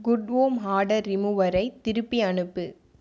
good home order ரிமூவரை திருப்பி அனுப்பு